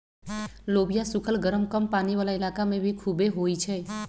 लोबिया सुखल गरम कम पानी वाला इलाका में भी खुबे होई छई